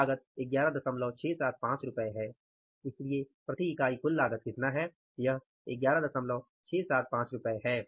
कुल लागत 11675 है इसलिए प्रति इकाई कुल लागत कितना है यह 11675 है सही है